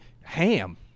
ham